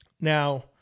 Now